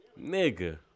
Nigga